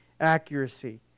accuracy